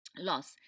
Loss